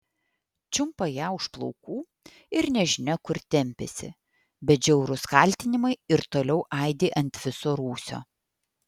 čiumpa ją už plaukų ir nežinia kur tempiasi bet žiaurūs kaltinimai ir toliau aidi ant viso rūsio